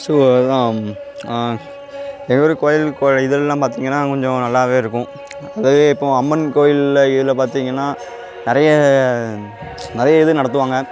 so இதான் நிறைய பேர் கோயிலுக்கு இதெல்லாம் பார்த்திங்கன்னா கொஞ்சம் நல்லாவே இருக்கும் அதே இப்போ அம்மன் கோயிலில் இதில் பார்த்திங்கன்னா நிறைய நிறைய இது நடத்துவாங்க